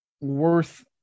worth